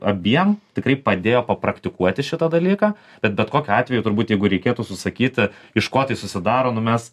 abiem tikrai padėjo papraktikuoti šitą dalyką bet bet kokiu atveju turbūt jeigu reikėtų susakyti iš ko tai susidaro nu mes